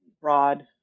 broad